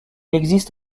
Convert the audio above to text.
existe